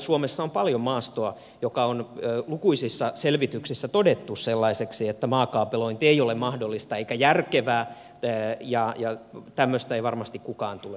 suomessa on paljon maastoa joka on lukuisissa selvityksissä todettu sellaiseksi että maakaapelointi ei ole mahdollista eikä järkevää ja tämmöistä ei varmasti kukaan tule esittämään